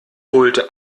holte